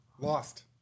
Lost